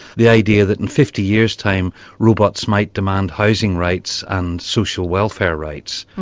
the idea that in fifty years time robots might demand housing rights and social welfare rights.